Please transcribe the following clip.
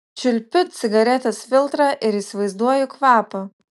čiulpiu cigaretės filtrą ir įsivaizduoju kvapą